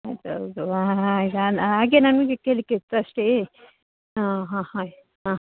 ಅದು ಹೌದು ಹಾಂ ಹಾಂ ಹಾಂ ಈಗ ನಾ ಹಾಗೆ ನನಗೆ ಕೇಳಲಿಕ್ಕೆ ಇತ್ತು ಅಷ್ಟೇ ಹಾಂ ಹಾಂ ಹಾಂ